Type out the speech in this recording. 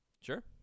Sure